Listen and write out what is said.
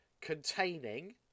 containing